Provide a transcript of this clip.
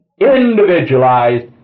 individualized